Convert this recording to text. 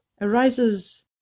arises